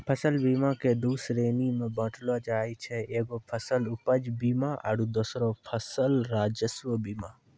फसल बीमा के दु श्रेणी मे बाँटलो जाय छै एगो फसल उपज बीमा आरु दोसरो फसल राजस्व बीमा